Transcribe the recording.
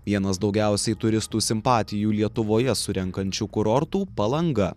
vienas daugiausiai turistų simpatijų lietuvoje surenkančių kurortų palanga